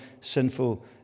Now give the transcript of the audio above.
sinful